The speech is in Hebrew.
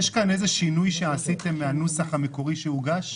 יש כאן איזה שינוי שעשיתם מן הנוסח המקורי שהוגש?